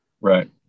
Right